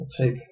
take